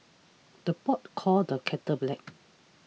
the pot calls the kettle black